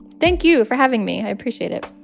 thank you for having me. i appreciate it.